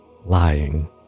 lying